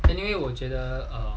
anyway 我觉得 um